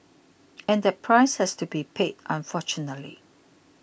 and that price has to be paid unfortunately